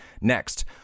next